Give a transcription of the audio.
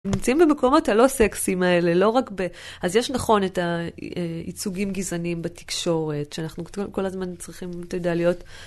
נמצאים במקומות הלא-סקסיים האלה, לא רק ב... אז יש, נכון, את ה... ייצוגים גזענים בתקשורת, שאנחנו כל הזמן צריכים, אתה יודע, להיות...